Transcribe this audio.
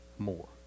more